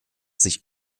sich